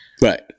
Right